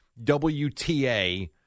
WTA